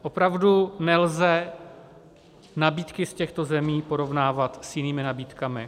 Opravdu nelze nabídky z těchto zemí porovnávat s jinými nabídkami.